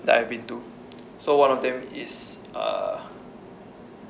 that I've been to so one of them is uh